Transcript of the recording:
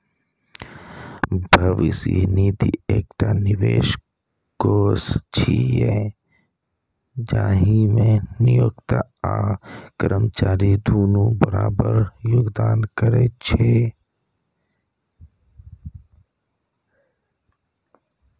भविष्य निधि एकटा निवेश कोष छियै, जाहि मे नियोक्ता आ कर्मचारी दुनू बराबर योगदान करै छै